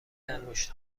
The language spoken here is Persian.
انگشت